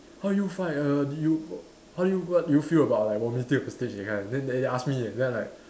how you find err did you how do you what do you feel about like vomiting on stage that kind then they ask me then I like